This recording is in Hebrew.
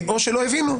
או שלא הבינו.